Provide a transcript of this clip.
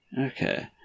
Okay